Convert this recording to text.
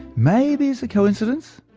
maybe it's a coincidence,